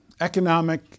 Economic